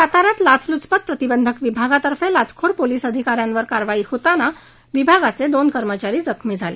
साता यात लाचलूचपत प्रतिबंधक विभागातर्फे लाचखोर पोलीस अधिकार यावर कारवाई होताना विभागाचे दोन कर्मचारी जखमी झाले